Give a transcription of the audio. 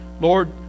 Lord